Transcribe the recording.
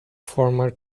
former